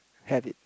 have it